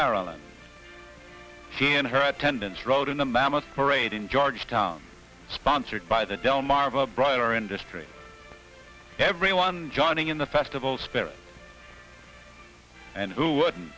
maryland she and her attendants rode in the mammoth parade in georgetown sponsored by the delmarva broader industry everyone joining in the festival spirit and who wouldn't